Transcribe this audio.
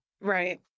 Right